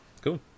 Cool